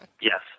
Yes